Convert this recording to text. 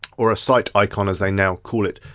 or a site icon as they now call it.